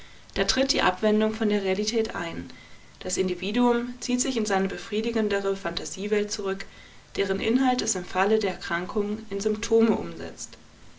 da tritt die abwendung von der realität ein das individuum zieht sich in seine befriedigendere phantasiewelt zurück deren inhalt es im falle der erkrankung in symptome umsetzt